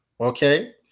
Okay